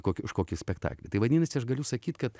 kokį už kokį spektaklį tai vadinasi aš galiu sakyt kad